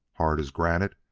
hard as granite,